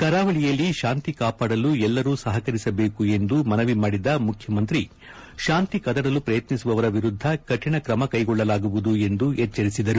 ಕರಾವಳಿಯಲ್ಲಿ ಶಾಂತಿ ಕಾಪಾಡಲು ಎಲ್ಲರೂ ಸಹಕರಿಸಬೇಕು ಎಂದು ಮನವಿ ಮಾಡಿದ ಮುಖ್ಯಮಂತ್ರಿ ಶಾಂತಿ ಕದಡಲು ಪ್ರಯತ್ನಿಸುವವರ ವಿರುದ್ಧ ಕಠಿಣ ಕ್ರಮ ಕೈಗೊಳ್ಳಲಾಗುವುದು ಎಂದು ಹೇಳಿದರು